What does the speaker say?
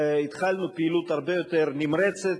התחלנו פעילות הרבה יותר נמרצת.